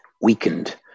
weakened